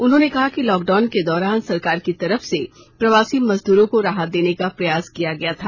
उन्होंने कहा कि लॉकडाउन के दौरान सरकार की तरफ से प्रवासी मजदूरो को राहत देने का प्रयास किया गया था